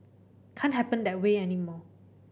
can't happen that way anymore